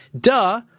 Duh